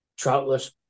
troutless